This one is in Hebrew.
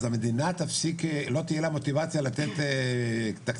אז למדינה לא תהיה מוטיבציה לתת תקציבים.